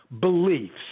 beliefs